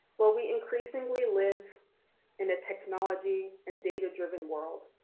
while we increasingly live in a technology and data-driven world,